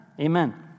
amen